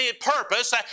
purpose